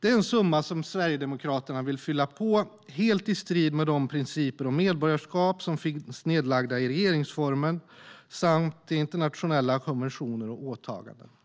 Det är en summa som Sverigedemokraterna vill fylla på, helt i strid med de principer om medborgarskap som finns angivna i regeringsformen samt i internationella konventioner och åtaganden. Herr talman!